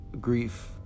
grief